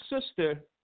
sister